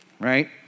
right